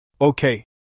Okay